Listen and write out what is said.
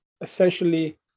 essentially